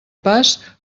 pas